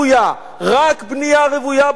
רק בנייה רוויה ביהודה ושומרון,